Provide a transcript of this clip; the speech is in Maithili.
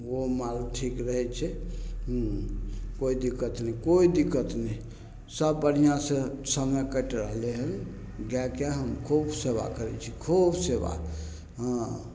ओ माल ठीक रहै छै कोइ दिक्कत नहि कोइ दिक्कत नहि सब बढ़िआँसे समय कटि रहलै हँ गाइके हम खूब सेवा करै छी खूब सेवा हँ